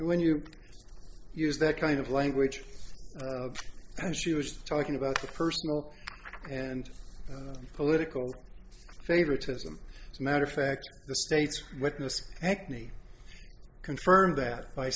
act when you use that kind of language and she was talking about the personal and political favoritism it's a matter of fact the state's witness acne confirmed that by